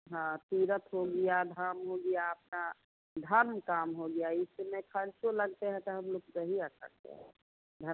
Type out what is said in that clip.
हँ तीर्थ हो गया धाम हो गया अपना धर्म काम हो गया यह सब में ख़र्च तो लगते हैं तो हम लोग करते है इधर